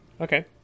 Okay